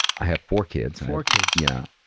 i have four kids. four kids? yeah.